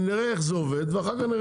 נראה איך זה עובד ואחר כך נראה מה יהיה.